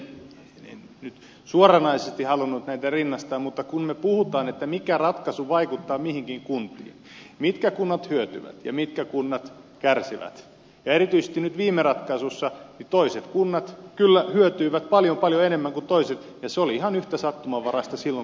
en nyt suoranaisesti halunnut näitä rinnastaa mutta kun me puhumme mikä ratkaisu vaikuttaa mihinkin kuntaan mitkä kunnat hyötyvät ja mitkä kunnat kärsivät erityisesti nyt viime ratkaisussa toiset kunnat kyllä hyötyivät paljon paljon enemmän kuin toiset ja se oli ihan yhtä sattumanvaraista silloin kuin se on nytkin